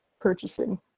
purchasing